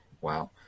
Wow